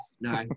no